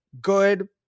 good